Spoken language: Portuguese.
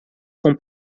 com